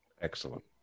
excellent